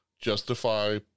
justify